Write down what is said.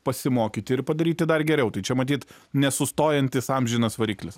pasimokyti ir padaryti dar geriau tai čia matyt nesustojantis amžinas variklis